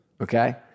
Okay